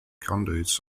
conduits